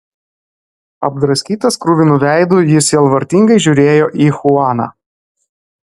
apdraskytas kruvinu veidu jis sielvartingai žiūrėjo į chuaną